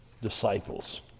disciples